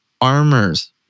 armors